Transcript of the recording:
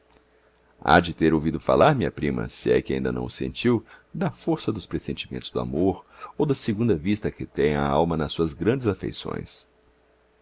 há de ter ouvido falar minha prima se é que ainda não o sentiu da força dos pressentimentos do amor ou da segunda vista que tem a alma nas suas grandes afeições